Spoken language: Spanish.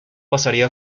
pasaría